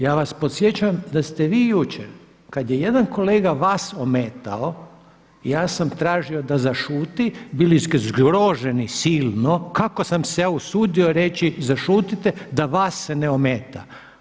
Ja vas podsjećam da ste vi jučer kada je jedan kolega vas ometao ja sam tražio da zašuti, bili ste zgroženi silno kako sam se ja usudio reći zašutite da vas se ne ometa.